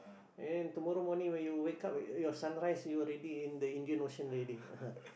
and tomorrow morning when you wake up your your sunrise you already in the Indian-Ocean already